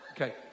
Okay